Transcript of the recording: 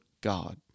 God